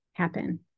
happen